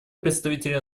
представителя